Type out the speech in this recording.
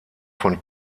von